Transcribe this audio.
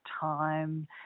time